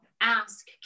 ask